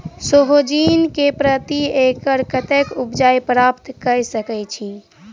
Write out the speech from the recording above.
सोहिजन केँ प्रति एकड़ कतेक उपज प्राप्त कऽ सकै छी?